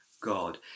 God